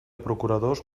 procuradors